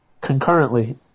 concurrently